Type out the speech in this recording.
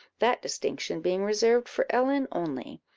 that distinction being reserved for ellen only,